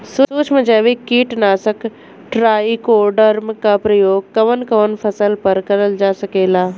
सुक्ष्म जैविक कीट नाशक ट्राइकोडर्मा क प्रयोग कवन कवन फसल पर करल जा सकेला?